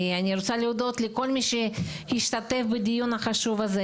אני רוצה להודות לכל מי שהשתתף בדיון החשוב הזה,